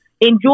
Enjoy